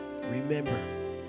remember